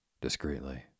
discreetly